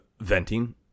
venting